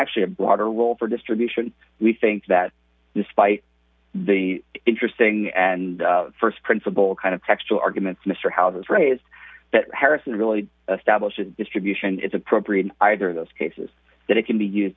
actually a broader role for distribution we think that despite the interesting and st principle kind of textual arguments mr howard has raised that harrison really established a distribution is appropriate in either of those cases that it can be used